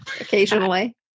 occasionally